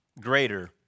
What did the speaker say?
greater